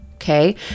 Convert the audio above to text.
Okay